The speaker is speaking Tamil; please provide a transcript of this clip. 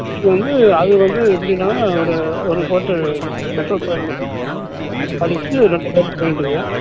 இது வந்து அது வந்து எப்படின்னா ஒரு ஒரு கோட்டு மெட்ரோ பெயிண்ட்டு அடித்து ரெண்டு கோட்டு பெயிண்ட்டிங்கு